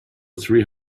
three